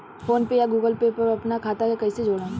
PhonePe या Google Pay पर अपना खाता के कईसे जोड़म?